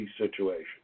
situation